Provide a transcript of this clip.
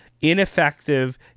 ineffective